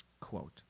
Quote